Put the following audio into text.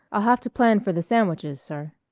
i'll have to plan for the sandwiches, sir.